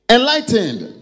Enlightened